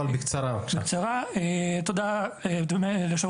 אבל אין לי שום ספק,